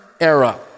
era